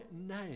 name